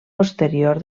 posterior